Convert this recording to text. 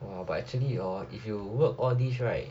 !wah! but actually hor if you work all these right